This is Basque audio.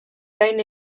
gain